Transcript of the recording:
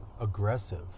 aggressive